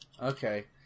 okay